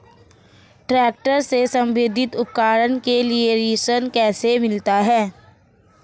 Tractor से संबंधित उपकरण के लिए ऋण कैसे मिलता है?